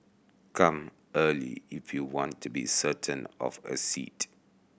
come early if you want to be certain of a seat